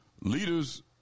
Leaders